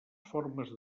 formes